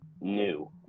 new